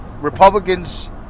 Republicans